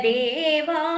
Deva